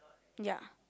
ya